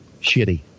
Shitty